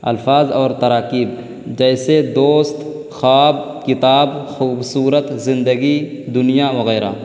الفاظ اور تراکیب جیسے دوست خواب کتاب خوبصورت زندگی دنیا وغیرہ